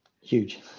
Huge